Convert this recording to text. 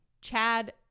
Chad